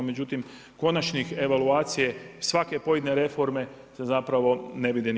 Međutim, konačnih evaluacije svake pojedine reforme se zapravo ne vide nikako.